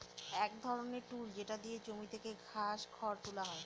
এক ধরনের টুল যেটা দিয়ে জমি থেকে ঘাস, খড় তুলা হয়